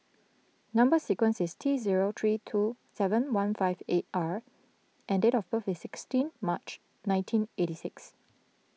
Number Sequence is T zero three two seven one five eight R and date of birth is sixteen March nineteen eighty six